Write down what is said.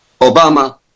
Obama